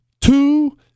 two